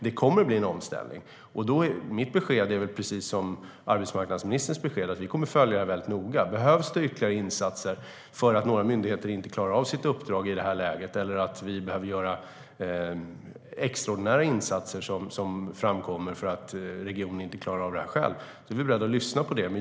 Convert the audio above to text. Det kommer att bli en omställning, och mitt besked är detsamma som arbetsmarknadsministerns, att vi kommer att följa detta mycket noga. Om det behövs ytterligare insatser för att några myndigheter inte klarar av sitt uppdrag i det här läget eller om vi behöver göra extraordinära insatser för att regionen inte klarar av det är vi beredda att lyssna.